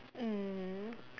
mm